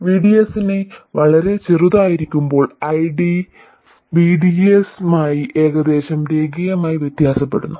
VDS വളരെ ചെറുതായിരിക്കുമ്പോൾ ID VDS മായി ഏകദേശം രേഖീയമായി വ്യത്യാസപ്പെടുന്നു